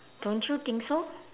don't you think so